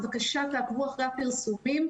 בבקשה, תעקבו אחרי הפרסומים.